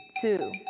two